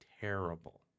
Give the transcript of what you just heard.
terrible